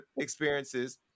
experiences